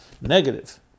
negative